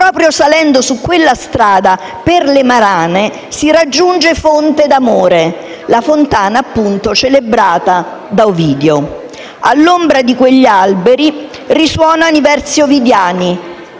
proprio salendo su quella strada per le marane, si raggiunge Fonte d'amore, la fontana celebrata da Ovidio. All'ombra di quegli alberi risuonano i versi ovidiani,